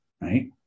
right